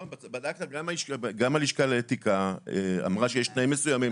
גם הלשכה לאתיקה אמרה שיש תנאים מסוימים.